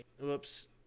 Whoops